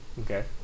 Okay